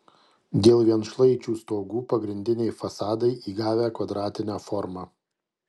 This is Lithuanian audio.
dėl vienšlaičių stogų pagrindiniai fasadai įgavę kvadratinę formą